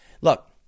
Look